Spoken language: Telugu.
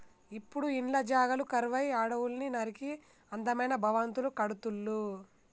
ఇప్పుడు ఇండ్ల జాగలు కరువై అడవుల్ని నరికి అందమైన భవంతులు కడుతుళ్ళు